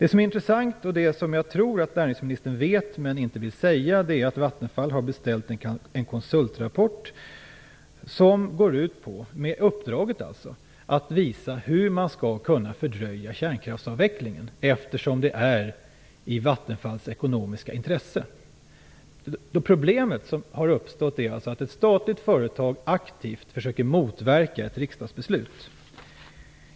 Det som är intressant, och det som jag tror att näringsministern vet men inte vill säga, är att Vattenfall har beställt en konsultrapport som går ut på, dvs. uppdraget går ut på, hur man skall kunna fördröja kärnkraftsavvecklingen, eftersom det är i Vattenfalls ekonomiska intresse. Det problem som har uppstått är att ett statligt företag aktivt försöker motverka ett riksdagsbeslut.